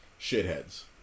shitheads